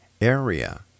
area